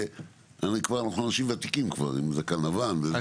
אנחנו אנשים ותיקים כבר עם זקן לבן וזה.